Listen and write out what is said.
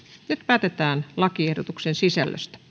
nyt päätetään lakiehdotuksen sisällöstä